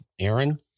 Aaron